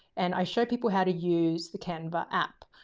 and i show people how to use the canva app.